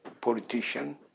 politician